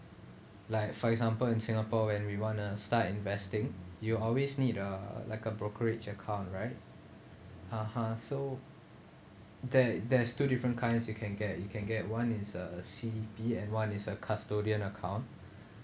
like for example in singapore when we wanna start investing you always need uh like a brokerage account right (uh huh) so there there's two different kinds you can get you can get one is a C_D_P and one is a custodian account